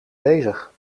bezig